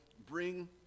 bring